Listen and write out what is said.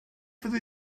fyddi